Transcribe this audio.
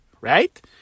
right